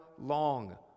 long